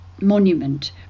monument